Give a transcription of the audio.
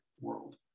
world